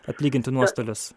atlyginti nuostolius